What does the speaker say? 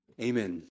Amen